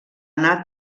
anar